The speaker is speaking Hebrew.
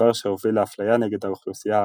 - דבר אשר הוביל לאפליה נגד האוכלוסייה הערבית.